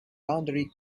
boundary